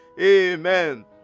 Amen